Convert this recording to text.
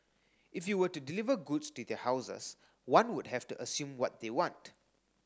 if you were to deliver goods to their houses one would have to assume what they want